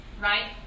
right